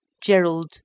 Gerald